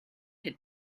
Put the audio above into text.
had